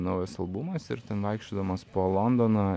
naujas albumas ir ten vaikščiodamas po londoną